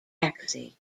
taxi